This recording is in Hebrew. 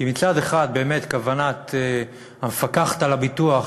כי מצד אחד, באמת כוונת המפקחת על הביטוח